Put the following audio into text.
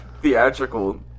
theatrical